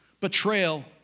betrayal